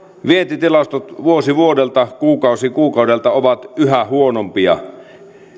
vientitilastot vuosi vuodelta kuukausi kuukaudelta ovat yhä huonompia